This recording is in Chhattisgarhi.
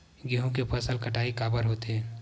गेहूं के फसल कटाई काबर होथे?